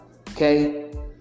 okay